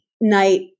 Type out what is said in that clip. night